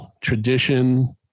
tradition